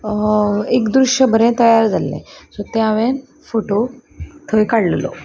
एक दृश्य बरें तयार जाल्लें सो ते हांवें फोटो थंय काडलेलो